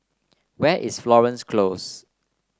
where is Florence Close